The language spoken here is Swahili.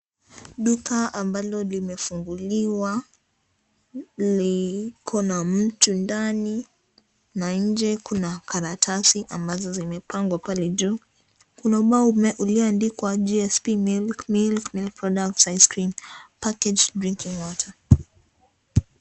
Duka ambalo limefunguliwa liko na mtu ndani, na nje kuna karatasi ambazo zimepangwa pale juu. Kuna ubao ulioandikwa Gsp Milk, Milk, milk products, ice cream, packaged drinking water .